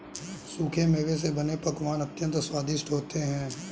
सूखे मेवे से बने पकवान अत्यंत स्वादिष्ट होते हैं